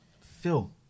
Phil